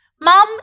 Mom